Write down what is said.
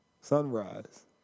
sunrise